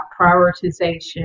prioritization